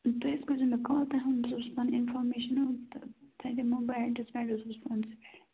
تُہۍ حظ کٔرۍ زیٚو مےٚ کال تۄہہِ ونو بہٕ سۄ پنن انفارمیشنہ تہٕ تۄہہِ دِمو بہٕ ایٚڈریٚس ویٚڈریٚس فونسے پیٚٹھ